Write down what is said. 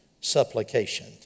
supplication